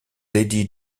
lady